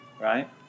right